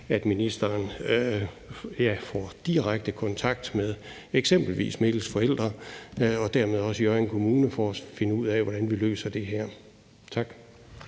at ministeren får direkte kontakt med eksempelvis Mikkels forældre og dermed også Hjørring Kommune for at finde ud af, hvordan vi løser det her. Tak.